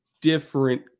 different